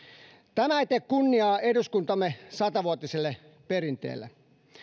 tämä ei tee kunniaa eduskuntamme satavuotiselle perinteelle